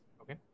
Okay